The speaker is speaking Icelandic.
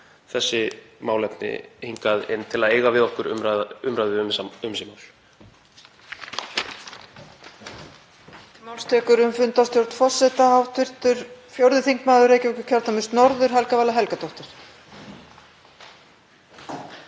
þessi málefni hingað inn til að eiga við okkur umræðu um þessi mál.